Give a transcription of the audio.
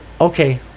okay